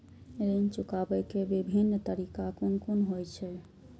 ऋण चुकाबे के विभिन्न तरीका कुन कुन होय छे?